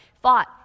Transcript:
fought